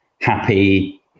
happy